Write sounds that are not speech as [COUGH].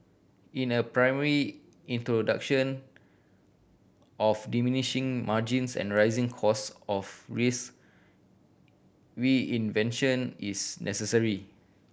in a primary [UNINTELLIGIBLE] of diminishing margins and rising cost of risk reinvention is necessary